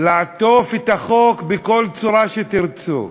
לעטוף את החוק בכל צורה שתרצו,